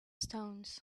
stones